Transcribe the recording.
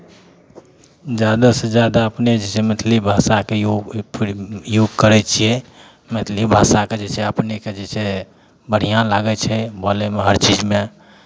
जादासँ जादा अपने जे छै मैथिली भाषाके योग प्रयोग करै छियै मैथिली भाषाके जे छै अपनेके जे छै बढ़िआँ लागै छै बोलयमे हर चीजमे